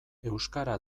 euskara